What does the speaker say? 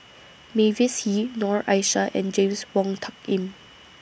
Mavis Hee Noor Aishah and James Wong Tuck Yim